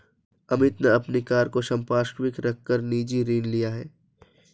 अमित ने अपनी कार को संपार्श्विक रख कर निजी ऋण लिया है